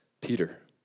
Peter